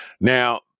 now